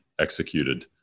executed